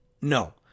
No